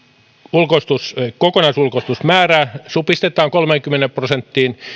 kokonais ulkoistusmäärää supistetaan kolmeenkymmeneen prosenttiin